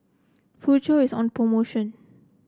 Futuro is on promotion